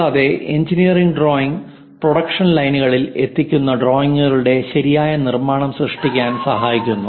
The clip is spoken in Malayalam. കൂടാതെ എഞ്ചിനീയറിംഗ് ഡ്രോയിംഗ് പ്രൊഡക്ഷൻ ലൈനുകളിൽ എത്തിക്കുന്ന ഡ്രോയിംഗുകളുടെ ശരിയായ നിർമ്മാണം സൃഷ്ടിക്കാൻ സഹായിക്കുന്നു